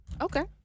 Okay